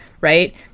right